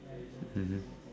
mmhmm